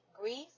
grief